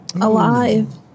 alive